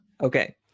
Okay